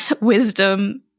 wisdom